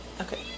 Okay